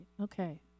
Okay